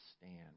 stand